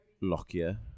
Lockyer